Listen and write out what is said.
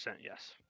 yes